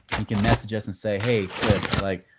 you can message us and say, hey chris, like,